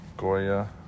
Goya